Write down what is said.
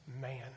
man